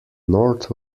north